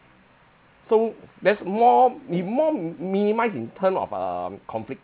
so that's more it more minimise in term of um conflict